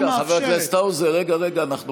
חבר הכנסת האוזר, רגע, רגע, אנחנו